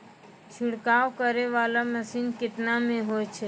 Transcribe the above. छिड़काव करै वाला मसीन केतना मे होय छै?